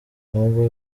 nubwo